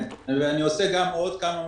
אני עושה גם לעוד כמה מפלגות.